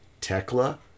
Tekla